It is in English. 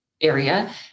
area